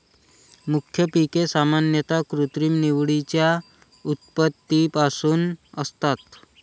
मुख्य पिके सामान्यतः कृत्रिम निवडीच्या उत्पत्तीपासून असतात